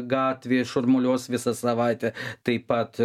gatvėje šurmuliuos visą savaitę taip pat